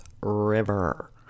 River